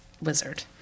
wizard